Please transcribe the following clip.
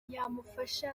yamufasha